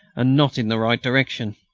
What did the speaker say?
and not in the right direction!